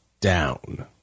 down